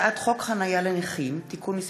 הצעת חוק חניה לנכים (תיקון מס'